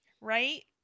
Right